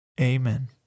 Amen